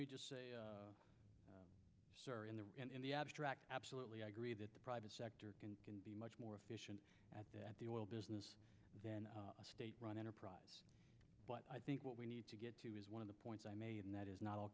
me just say sir in the in the abstract absolutely i agree that the private sector can be much more efficient at the oil business than a state run enterprise but i think what we need to get to is one of the points i made and that is not all